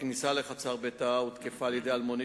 בכניסה לחצר ביתה הותקפה על-ידי אלמוני,